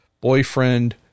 boyfriend